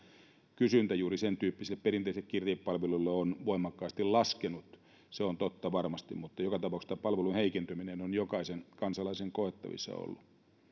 kysyntä juuri sen tyyppisille perinteisille kirjepalveluille on voimakkaasti laskenut se on totta varmasti mutta joka tapauksessa tämä palveluiden heikentyminen on jokaisen kansalaisen koettavissa ollut